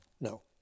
No